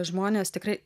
žmonės tikrai